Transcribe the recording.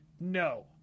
no